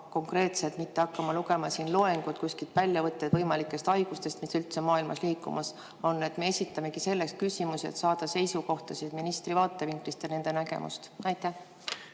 konkreetselt, mitte hakkama siin lugema loengut või kuskilt väljavõtteid võimalikest haigustest, mis üldse maailmas liikumas on. Me esitamegi selleks küsimusi, et saada seisukohtasid ministrite vaatevinklist ja nende nägemust. Aitäh!